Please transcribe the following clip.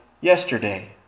yesterday